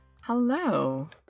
Hello